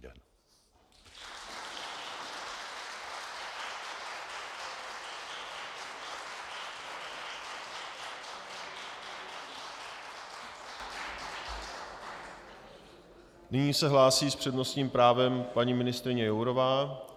Nyní se hlásí s přednostním právem paní ministryně Jourová.